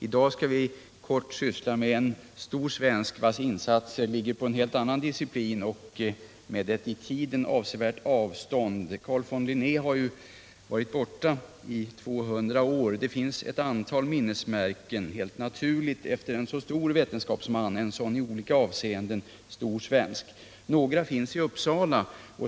Just nu skall vi helt kort syssla med en annan stor svensk vars insatser har gjorts inom en helt annan disciplin och för åtskillig tid sedan — Carl von Linné har ju varit borta i 200 år. Helt naturligt finns det efter en så stor vetenskapsman ett antal minnesmärken. Några av stor betydelse finns i Uppsala.